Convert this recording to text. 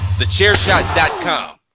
thechairshot.com